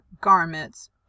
garments